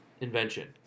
invention